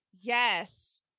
Yes